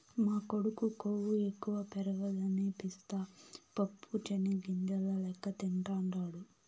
మా కొడుకు కొవ్వు ఎక్కువ పెరగదని పిస్తా పప్పు చెనిగ్గింజల లెక్క తింటాండాడు